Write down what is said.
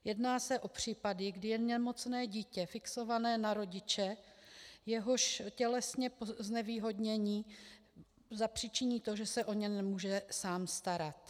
Jedná se o případy, kdy je nemocné dítě fixované na rodiče, jehož tělesné znevýhodnění zapříčiní to, že se o ně nemůže sám starat.